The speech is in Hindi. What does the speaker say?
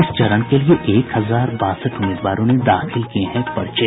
इस चरण के लिए एक हजार बासठ उम्मीदवारों ने दाखिल किये हैं पर्चे